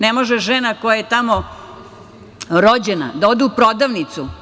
Ne može žena koja je tamo rođena da ode u prodavnicu.